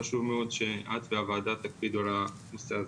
חשוב מאוד שאת והוועדה תקפידו על הנושא הזה.